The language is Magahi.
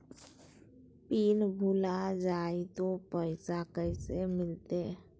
पिन भूला जाई तो पैसा कैसे मिलते?